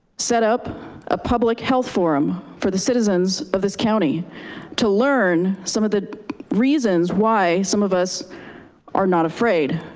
set up a public health forum for the citizens of this county to learn some of the reasons why some of us are not afraid